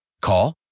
Call